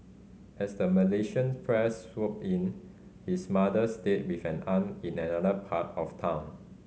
as the Malaysians press swooped in his mother stayed with an aunt in another part of town